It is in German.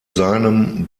seinem